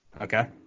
okay